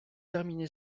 terminé